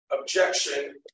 objection